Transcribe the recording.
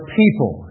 people